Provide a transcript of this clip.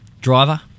Driver